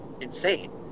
insane